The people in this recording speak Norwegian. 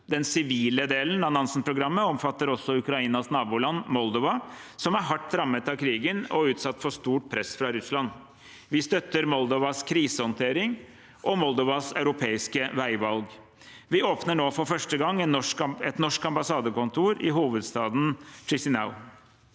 Den sivile delen av Nansen-programmet omfatter også Ukrainas naboland Moldova, som er hardt rammet av krigen, og utsatt for stort press fra Russland. Vi støtter Moldovas krisehåndtering og Moldovas europeiske veivalg. Vi åpner nå for første gang et norsk ambassadekontor i hovedstaden Chisinau.